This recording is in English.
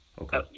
Okay